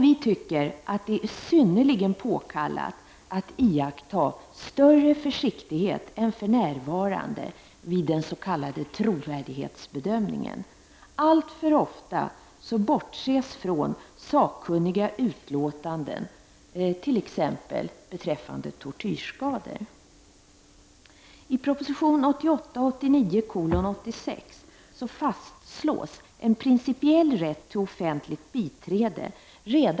Vi anser att det är synnerligen påkallat att iaktta större försiktighet än för närvarande vid den s.k. trovärdighetsbedömningen. Alltför ofta bortses från sakkunniga utlåtanden, t.ex. beträffande tortyrskador.